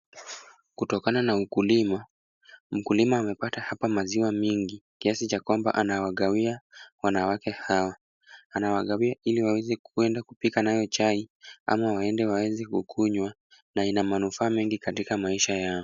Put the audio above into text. Kutokana na ukulima mkulima amepata hapa maziwa mingi, kiasi cha kwamba anawagawiya wanawake hawa. Anawagawiya ili waweze kuenda kupika nayo chai ama waende waweze kukunywa na ina manufaa mengi katika maisha yao.